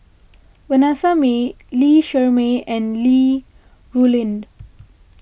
Vanessa Mae Lee Shermay and Li Rulin